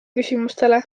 küsimustele